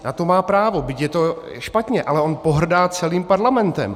Na to má právo, byť je to špatně, ale on pohrdá celým Parlamentem.